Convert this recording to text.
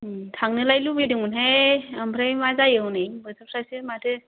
थांनोलाय लुबैदोंमोन हाय आमफ्राय मा जायो हनै बोथोरफोरासो माथो